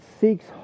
seeks